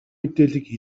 мэдээллийг